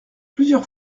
plusieurs